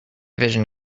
vision